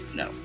no